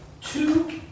Two